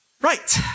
Right